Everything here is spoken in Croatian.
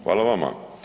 Hvala vama.